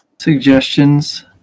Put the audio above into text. suggestions